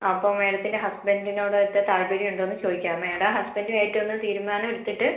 അപ്പോ മാഡത്തിന്റെ ഹസ്ബന്ഡിനോട് ഒക്കെ താല്പര്യം ഉണ്ടോന്നു ചോദിക്കു മാഡം ഹസ്ബന്ഡും ആയിട്ടൊന്നു തീരുമാനം എടുത്തിട്ട്